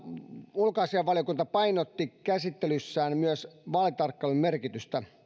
ulkoasiainvaliokunta painotti käsittelyssään myös vaalitarkkailun merkitystä